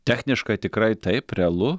techniškai tikrai taip realu